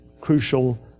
crucial